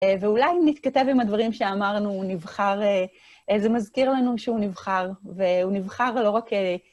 ואולי מתכתב עם הדברים שאמרנו… נבחר… זה מזכיר לנו שהוא נבחר, והוא נבחר לא רק...